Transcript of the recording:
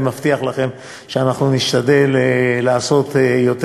אני מבטיח לכם שאנחנו נשתדל לעשות יותר